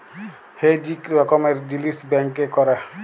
hedge ইক রকমের জিলিস ব্যাংকে ক্যরে